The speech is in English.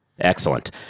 Excellent